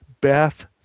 Beth